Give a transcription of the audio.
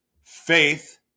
Faith